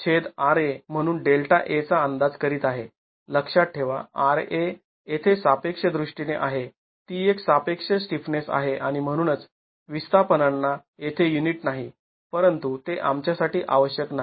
तर मी येथे म्हणून ΔA चा अंदाज करीत आहे लक्षात ठेवा RA येथे सापेक्ष दृष्टीने आहे ती एक सापेक्ष स्टिफनेस आहे आणि म्हणूनच विस्थापनांना येथे युनिट नाही परंतु ते आमच्यासाठी आवश्यक नाही